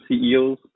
CEOs